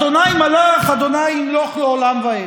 ה' מלך, ה' ימלוך לעולם ועד.